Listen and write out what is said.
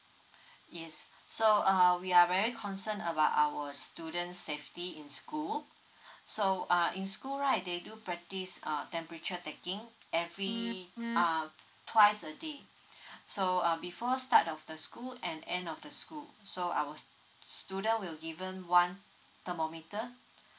yes so uh we are very concern about our students safety in school so uh in school right they do practice err temperature taking every uh twice a day so uh before start of the school and end of the school so our student will given one thermometer